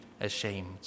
ashamed